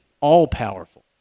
all-powerful